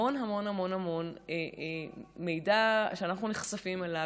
המון המון המון מידע אנחנו נחשפים אליו,